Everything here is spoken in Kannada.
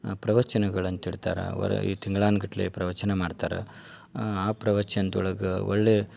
ಪ್ರವಚನಗಳು ಅಂತ ಇಡ್ತಾರೆ ಅವರ ಈ ತಿಂಗ್ಳಾನ್ಗಟ್ಟಲೆ ಪ್ರವಚನ ಮಾಡ್ತಾರ ಆ ಪ್ರವಚನದೊಳಗ ಒಳ್ಳೆಯ